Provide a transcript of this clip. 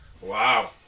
Wow